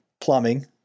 plumbing